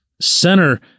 center